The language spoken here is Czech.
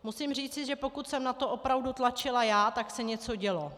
Musím říci, že pokud jsem na to opravdu tlačila já, tak se něco dělo.